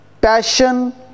passion